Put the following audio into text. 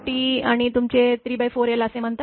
5T आणि तुमचे 34l असे म्हणता